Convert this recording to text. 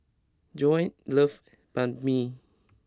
Joanie loves Banh Mi